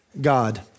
God